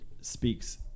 speaks